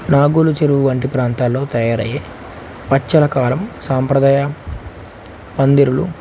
నాగోలు చెరువు వంటి ప్రాంతాల్లో తయారయ్యే పచ్చల కారం సాంప్రదాయ పందిరులు